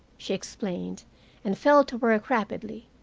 she explained and fell to work rapidly.